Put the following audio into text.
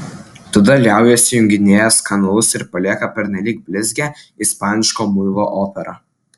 tada liaujasi junginėjęs kanalus ir palieka pernelyg blizgią ispanišką muilo operą